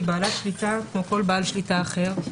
היא בעלת שליטה כמו כל בעל שליטה אחר,